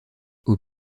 aux